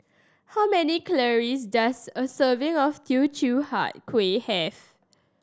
how many calories does a serving of Teochew Huat Kuih have